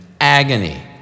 agony